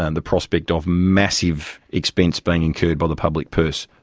and the prospect of massive expense being incurred by the public purse.